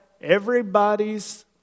Everybody's